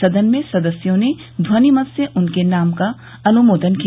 सदन में सदस्यों ने ध्वनि मत से उनके नाम का अनुमोदन किया